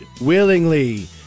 willingly